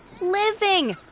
Living